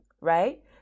right